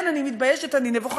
כן, אני מתביישת, אני נבוכה.